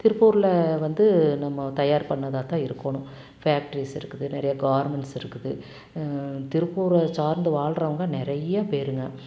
திருப்பூர்ல வந்து நம்ம தயார் பண்ணதாதான் இருக்கணும் ஃபேக்ட்ரிஸ் இருக்குது நிறைய கார்மெண்ட்ஸ் இருக்குது திருப்பூரை சார்ந்து வாழ்றவங்க நிறைய பேருங்கள்